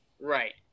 Right